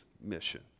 mission